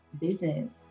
business